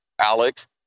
Alex